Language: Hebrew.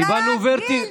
על העלאת גיל,